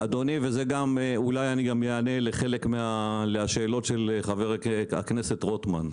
אולי אני גם אענה לחלק מהשאלות של חבר הכנסת רוטמן.